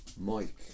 Mike